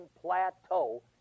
Plateau